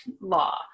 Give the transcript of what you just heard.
law